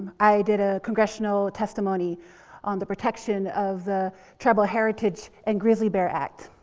i did a congressional testimony on the protection of the tribal heritage and grizzly bear act.